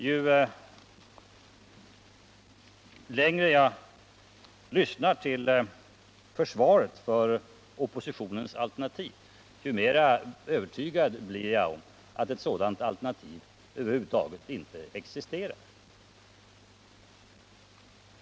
Ju längre jag lyssnar till försvaret för den socialdemokratiska oppositionens alternativ, desto mer övertygad blir jag om att ett sådant alternativ över huvud taget inte existerar.